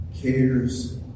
cares